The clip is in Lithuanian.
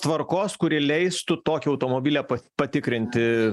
tvarkos kuri leistų tokį automobilį patikrinti